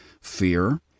fear